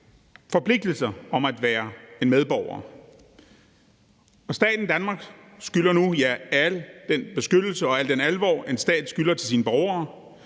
forpligtelser om at være en medborger. Staten Danmark skylder nu jer alle den beskyttelse og al den alvor, en stat skylder sine borgere.